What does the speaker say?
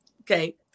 Okay